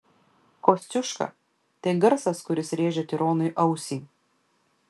kosciuška tai garsas kuris rėžia tironui ausį